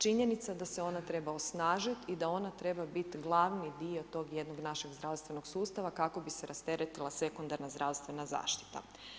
Činjenica da se ona treba osnažiti i da ona treba biti glavni dio tog jednog našeg zdravstvenog sustava, kako bi se rasteretila sekundarna zdravstvena zaštita.